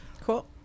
Cool